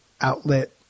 outlet